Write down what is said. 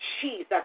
Jesus